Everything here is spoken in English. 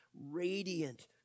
radiant